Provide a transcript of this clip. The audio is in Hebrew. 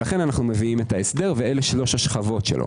לכן אנו מביאים את ההסדר, ואלה שלוש השכבות שלו.